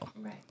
Right